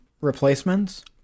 replacements